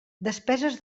despeses